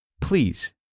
please